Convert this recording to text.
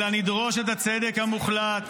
אלא נדרוש את הצדק המוחלט,